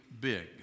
big